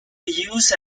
use